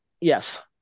Yes